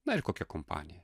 na ir kokia kompanija